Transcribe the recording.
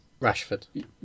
Rashford